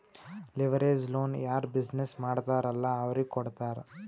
leverage loan ಯಾರ್ business ಮಾಡ್ತಾರ್ ಅಲ್ಲಾ ಅವ್ರಿಗೆ ಕೊಡ್ತಾರ್